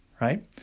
Right